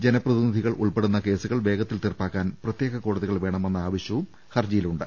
ജനപ്രതിനിധികൾ ഉൾപ്പെടുന്ന കേസുകൾ വേഗ ത്തിൽ തീർപ്പാക്കാൻ പ്രത്യേക കോടതികൾ വേണമെന്ന ആവ ശ്യവും ഹർജിയിലുണ്ട്